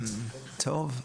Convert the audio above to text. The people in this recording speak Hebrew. טוב,